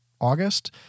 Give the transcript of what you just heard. August